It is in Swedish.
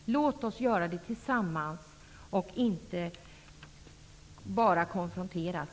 Låt oss göra det tillsammans och inte bara konfronteras.